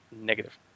Negative